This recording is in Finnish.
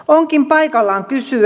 onkin paikallaan kysyä